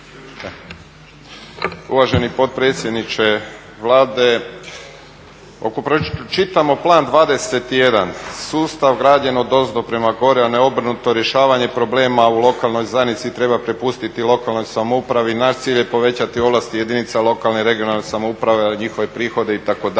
Uvaženi potpredsjedniče Vlade. Čitamo Plan 21 sustav građen odozdo prema gore, a ne obrnuto, rješavanje problem u lokalnoj zajednici treba prepustiti lokalnoj samoupravi, naš cilj je povećati ovlasti lokalne i regionalne samouprave ali i njihove prihode itd.